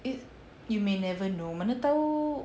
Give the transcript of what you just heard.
if you may never know mana tahu